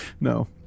no